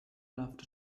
loved